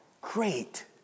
great